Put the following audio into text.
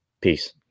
Peace